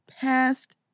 past